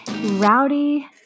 Rowdy